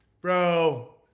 bro